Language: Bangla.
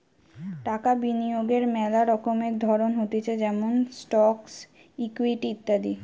টাকা বিনিয়োগের মেলা রকমের ধরণ হতিছে যেমন স্টকস, ইকুইটি ইত্যাদি